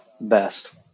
best